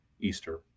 Easter